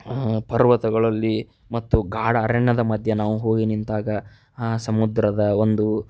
ಪರ್ವತಗಳಲ್ಲಿ ಮತ್ತು ಗಾಢ ಅರಣ್ಯದ ಮಧ್ಯ ನಾವು ಹೋಗಿ ನಿಂತಾಗ ಆ ಸಮುದ್ರದ ಒಂದು